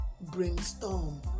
Brainstorm